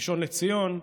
ראשון לציון,